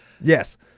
Yes